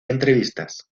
entrevistas